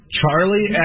Charlie